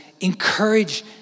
encourage